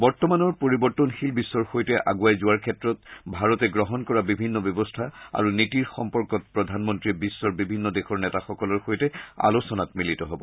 বৰ্তমানৰ পৰিৱৰ্তনশীল বিশ্বৰ সৈতে আণ্ডৱাই যোৱাৰ ক্ষেত্ৰত ভাৰতে গ্ৰহণ কৰা বিভিন্ন ব্যৱস্থা আৰু নীতিৰ সম্পৰ্কত প্ৰধানমন্ত্ৰীয়ে বিশ্বৰ বিভিন্ন দেশৰ নেতাসকলৰ সৈতে আলোচনাত মিলিত হ'ব